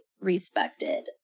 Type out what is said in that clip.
respected